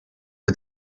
for